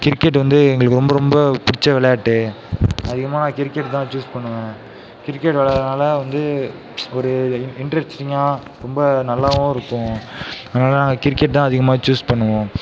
cricket வந்து எங்களுக்கு ரொம்ப ரொம்ப பிடிச்ச விளையாட்டு அதிகமாக நான் கிரிக்கெட் தான் சூஸ் பண்ணுவேன் கிரிக்கெட் விளையாடுறதனால வந்து ஒரு இன்ட்ரஸ்டிங்காக ரொம்ப நல்லாவும் இருக்கும் அதனால் நாங்கள் கிரிக்கெட் தான் அதிகமாக சூஸ் பண்ணுவோம்